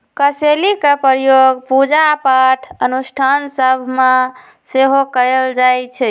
कसेलि के प्रयोग पूजा पाठ अनुष्ठान सभ में सेहो कएल जाइ छइ